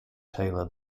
taylor